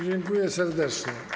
Dziękuję serdecznie.